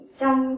trong